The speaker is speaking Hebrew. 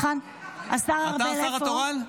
אתה השר התורן?